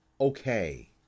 okay